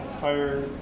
fire